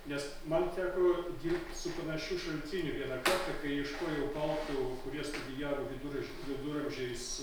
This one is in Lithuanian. nes man teko dirbt su panašiu šaltiniu vieną kartą kai ieškojau baltų kurie studijavo viduraž viduramžiais